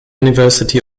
university